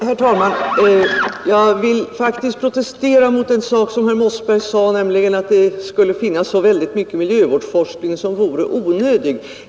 Herr talman! Jag vill faktiskt protestera mot en sak som herr Mossberger sade, nämligen att det skulle finnas så väldigt mycket miljöforskning som vore onödig.